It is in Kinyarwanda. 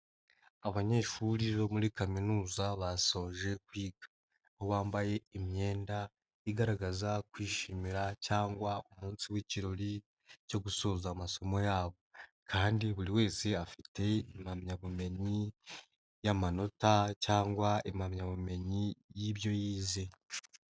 Abanyeshuri bo muri kaminuza basoje kwiga, aho bambaye imyenda igaragaza kwishimira cyangwa umunsi w'ikirori cyo gusoza amasomo yabo, kandi buri wese afite impamyabumenyi y'amanota cyangwa impamyabumenyi y'ibyo yize.